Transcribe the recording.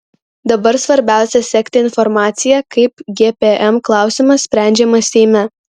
dabar svarbiausia sekti informaciją kaip gpm klausimas sprendžiamas seime